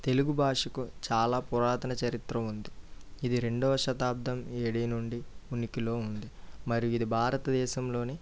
తెలుగు భాషకు చాలా పురాతన చరిత్ర ఉంది ఇది రెండొవ శతాబ్దం ఏడి నుండి ఉనికిలో ఉంది మరి ఇది భారత దేశంలోని